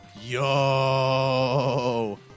Yo